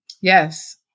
Yes